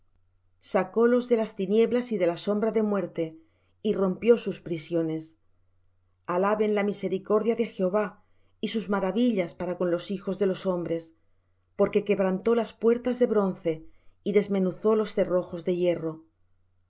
aflicciones sacólos de las tinieblas y de la sombra de muerte y rompió sus prisiones alaben la misericordia de jehová y sus maravillas para con los hijos de los hombres porque quebrantó las puertas de bronce y desmenuzó los cerrojos de hierro los